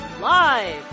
Live